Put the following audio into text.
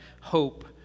hope